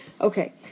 Okay